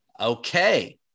okay